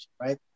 right